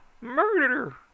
murder